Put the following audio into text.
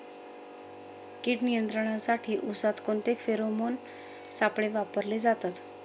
कीड नियंत्रणासाठी उसात कोणते फेरोमोन सापळे वापरले जातात?